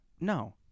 No